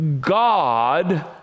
God